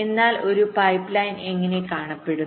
എന്നാൽ ഒരു പൈപ്പ്ലൈൻ എങ്ങനെ കാണപ്പെടുന്നു